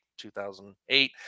2008